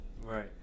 Right